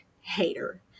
hater